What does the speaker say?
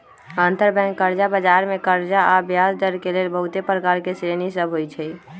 अंतरबैंक कर्जा बजार मे कर्जा आऽ ब्याजदर के लेल बहुते प्रकार के श्रेणि सभ होइ छइ